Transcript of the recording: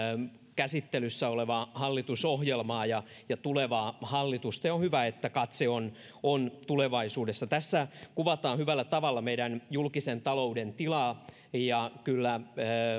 käsittelyssä olevaa hallitusohjelmaa ja ja tulevaa hallitusta ja on hyvä että katse on on tulevaisuudessa tässä kuvataan hyvällä tavalla meidän julkisen talouden tilaa ja kyllä